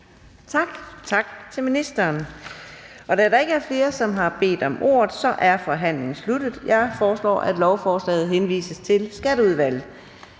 Tak til ministeren. Da der ikke er flere, som har bedt om ordet, er forhandlingen sluttet. Jeg foreslår, at lovforslaget henvises til Skatteudvalget.